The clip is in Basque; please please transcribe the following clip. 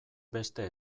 beste